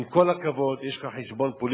עם כל הכבוד, יש לך חשבון פוליטי,